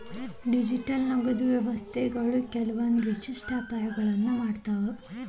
digital ನಗದು ವ್ಯವಸ್ಥೆಗಳು ಕೆಲ್ವಂದ್ ವಿಶಿಷ್ಟ ಅಪಾಯಗಳನ್ನ ಮಾಡ್ತಾವ